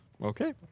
Okay